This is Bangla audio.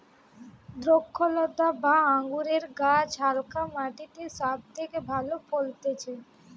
দ্রক্ষলতা বা আঙুরের গাছ হালকা মাটিতে সব থেকে ভালো ফলতিছে